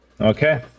Okay